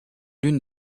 l’une